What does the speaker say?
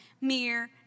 mere